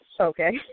Okay